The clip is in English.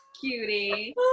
Cutie